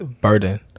burden